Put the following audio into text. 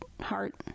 heart